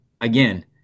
again